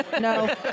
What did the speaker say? no